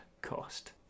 cost